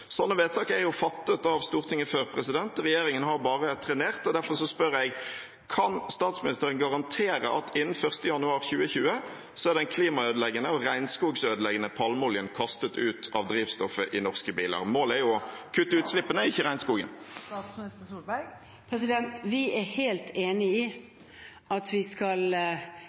Sånne vedtak er jo fattet av Stortinget før, og regjeringen har bare trenert. Derfor spør jeg: Kan statsministeren garantere at innen 1. januar 2020 er den klimaødeleggende og regnskogødeleggende palmeoljen kastet ut av drivstoffet i norske biler? Målet er jo å kutte utslippene, ikke regnskogen. Vi er helt enig i at vi skal